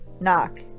knock